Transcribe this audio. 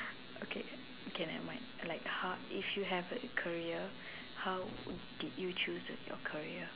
okay okay never mind like how if you have a career how did you choose your career